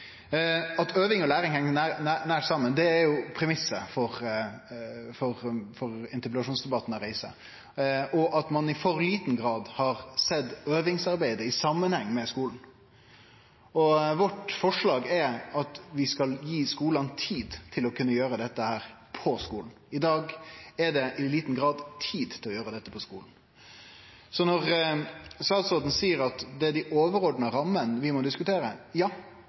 At øving og læring heng nært saman, og at ein i for liten grad har sett øvingsarbeidet i samanheng med skulen, er premissen for interpellasjonsdebatten eg reiser. Forslaget vårt er at vi skal gje skulane tid til å kunne gjere dette på skolen. I dag er det i liten grad tid til å gjere dette på skulen, så når statsråden seier at det er dei overordna rammene vi må diskutere,